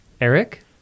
Eric